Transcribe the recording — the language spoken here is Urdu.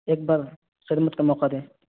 ایک بار خدمت کا موقع دیں